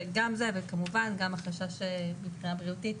גם זה, אבל כמובן גם החשש מבחינה בריאותית,